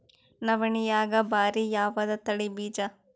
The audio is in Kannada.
ನವಣಿಯಾಗ ಭಾರಿ ಯಾವದ ತಳಿ ಬೀಜ?